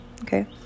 okay